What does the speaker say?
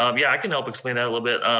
um yeah, i can help explain that a little bit.